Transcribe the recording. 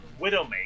Widowmaker